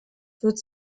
wird